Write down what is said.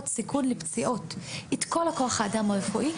סיכון לפציעות את כול כוח האדם הרפואי,